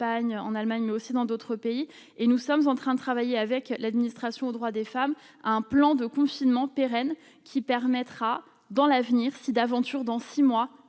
en Allemagne, mais aussi dans d'autres pays et nous sommes en train de travailler avec l'administration aux droits des femmes, un plan de confinement pérenne qui permettra dans l'avenir, si d'aventure dans 6 mois,